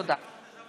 תודה.